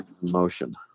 motion